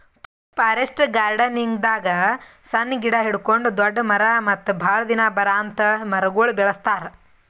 forest ಗಾರ್ಡನಿಂಗ್ದಾಗ್ ಸಣ್ಣ್ ಗಿಡ ಹಿಡ್ಕೊಂಡ್ ದೊಡ್ಡ್ ಮರ ಮತ್ತ್ ಭಾಳ್ ದಿನ ಬರಾಂತ್ ಮರಗೊಳ್ ಬೆಳಸ್ತಾರ್